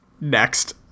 Next